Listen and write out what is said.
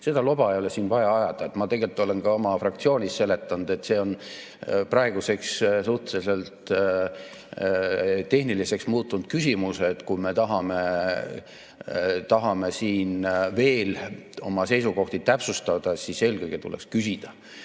Seda loba ei ole vaja siin ajada. Ma tegelikult olen ka oma fraktsioonis seletanud, et see on praeguseks suhteliselt tehniliseks muutunud küsimus. Kui me tahame siin veel oma seisukohti täpsustada, siis eelkõige tuleks küsida.